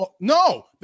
no